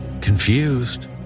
Confused